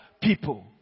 people